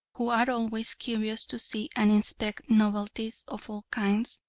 who are always curious to see and inspect novelties of all kinds,